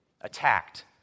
attacked